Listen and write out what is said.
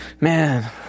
Man